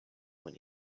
when